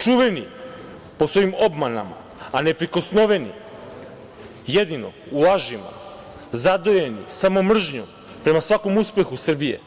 Čuveni po svojim obmanama, a neprikosnoveni jedino u lažima, zadojeni samo mržnjom prema svakom uspehu Srbije,